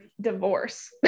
divorce